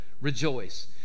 rejoice